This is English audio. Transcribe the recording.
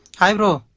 hi bro,